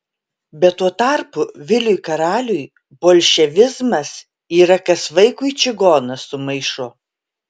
bet tuo tarpu viliui karaliui bolševizmas yra kas vaikui čigonas su maišu